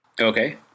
Okay